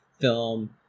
film